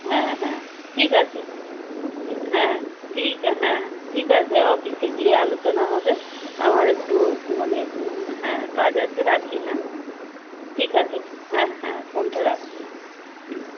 হ্যাঁ হ্যাঁ ঠিক আছে ঠি হ্যাঁ ঠিক হ্যাঁ ঠিক আছে অফিসে গিয়ে আলোচনা হবে আমার একটু মানে হ্যাঁ কাজ আছে রাখি হ্যাঁ ঠিক আছে হ্যাঁ হ্যাঁ ফোনটা রাখুন হুম